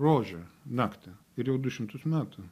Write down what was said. rožę naktį ir jau du šimtus metų